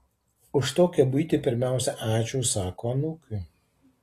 už tokią buitį pirmiausia ačiū sako anūkui